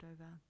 over